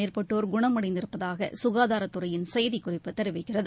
மேற்பட்டோர் குணமடைந்திருப்பதாக சுனதாரத்துறையின் செய்திக்குறிப்பு தெரிவிக்கிறது